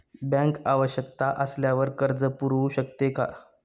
Bank आवश्यकता असल्यावर कर्ज पुरवू शकते का?